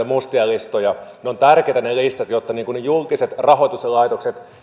mustia listoja näistä ne listat ovat tärkeitä jotta julkisten rahoituslaitosten